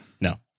No